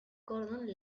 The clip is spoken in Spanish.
gordon